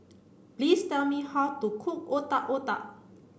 please tell me how to cook Otak Otak